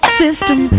system